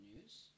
news